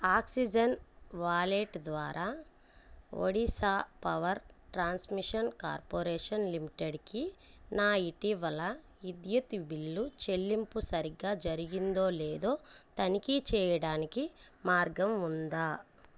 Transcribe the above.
oxygen wallet ద్వారా Odisha power transmission corporation లిమిటెడ్కి నా ఇటీవలి విద్యుత్ బిల్లు చెల్లింపు సరిగ్గా జరిగిందో లేదో తనిఖీ చేయడానికి మార్గం ఉందా